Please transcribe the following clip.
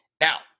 Now